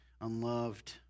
unloved